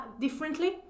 differently